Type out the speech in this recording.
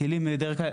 מקלים דרך,